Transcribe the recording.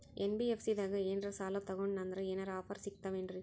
NBFC ದಾಗ ಏನ್ರ ಸಾಲ ತೊಗೊಂಡ್ನಂದರ ಏನರ ಆಫರ್ ಸಿಗ್ತಾವೇನ್ರಿ?